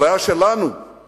הבעיה שלנו היא